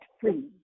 free